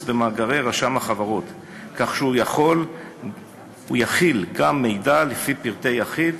במאגרי רשם החברות כך שהוא יכיל גם מידע לפי פרטי יחיד,